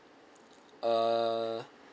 uh